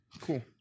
Cool